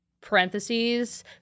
parentheses